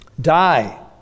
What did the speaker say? Die